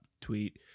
tweet